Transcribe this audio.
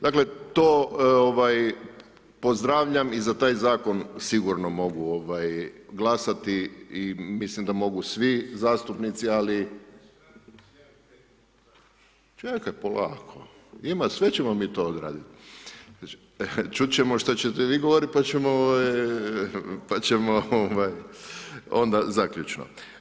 Dakle, to pozdravljam i za taj Zakon sigurno mogu glasati i mislim da mogu svi zastupnici, ali, čekaj polako, sve ćemo mi to odraditi, čut ćemo što ćete vi govoriti pa ćemo onda zaključno.